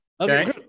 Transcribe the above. Okay